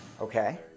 Okay